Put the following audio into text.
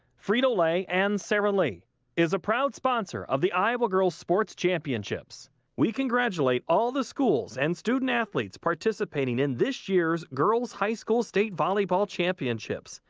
frito-lay and sara lee is a proud sponsor of the iowa girls sports championships we congratulate all the schools and student athletes participating in this year's girls high school state volley bale championships.